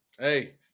Hey